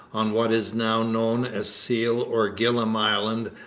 on what is now known as seal or gillam island,